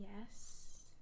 yes